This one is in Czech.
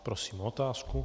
Prosím o otázku.